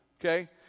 okay